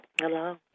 Hello